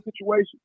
situation